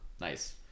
Nice